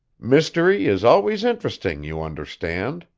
mystery is always interesting, you understand,